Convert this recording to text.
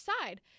side